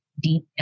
deep